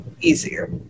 easier